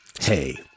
Hey